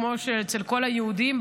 כמו שאצל כל היהודים,